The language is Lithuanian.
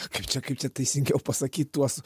kaip čia kaip čia teisingiau pasakyt tuos